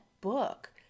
book